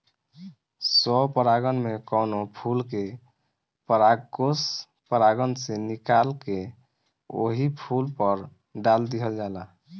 स्व परागण में कवनो फूल के परागकोष परागण से निकाल के ओही फूल पर डाल दिहल जाला